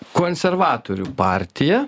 konservatorių partija